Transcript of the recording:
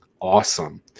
awesome